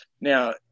Now